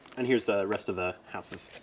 and here's the rest of the house's.